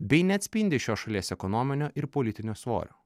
bei neatspindi šios šalies ekonominio ir politinio svorio